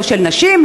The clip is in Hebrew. לא של נשים,